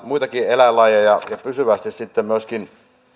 muitakin eläinlajeja ja tulee olla pysyvästi myöskin tämä